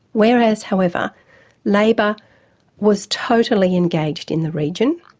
whereas however labor was totally engaged in the region,